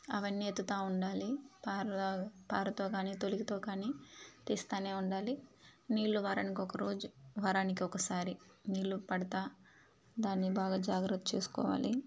అవన్నీ ఎత్తుతా ఉండాలి పార పారతో కానీ తొలికితో కానీ తీస్తానే ఉండాలి నీళ్లు వారానికి ఒక రోజు వరానికి ఒకసారి నీళ్లు పడతా దాన్ని బాగా జాగ్రత్త చేసుకోవాలి